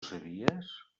sabies